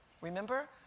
Remember